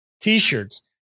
t-shirts